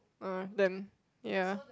ah then ya